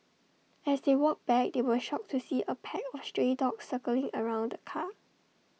as they walked back they were shocked to see A pack of stray dogs circling around the car